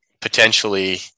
potentially